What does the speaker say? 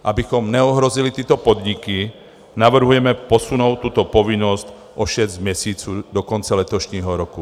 Abychom neohrozili tyto podniky, navrhujeme posunout tuto povinnost o šest měsíců do konce letošního roku.